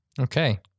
Okay